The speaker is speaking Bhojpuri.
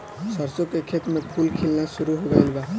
सरसों के खेत में फूल खिलना शुरू हो गइल बा